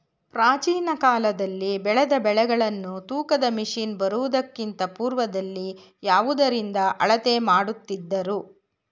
ಪ್ರಾಚೀನ ಕಾಲದಲ್ಲಿ ಬೆಳೆದ ಬೆಳೆಗಳನ್ನು ತೂಕದ ಮಷಿನ್ ಬರುವುದಕ್ಕಿಂತ ಪೂರ್ವದಲ್ಲಿ ಯಾವುದರಿಂದ ಅಳತೆ ಮಾಡುತ್ತಿದ್ದರು?